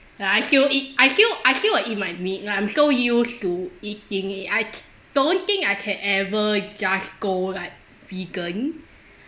like I still eat I feel I feel like eat my meat like I'm so used to eating it I don't think I can ever just go like vegan